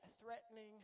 threatening